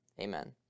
Amen